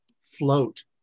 float